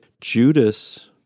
Judas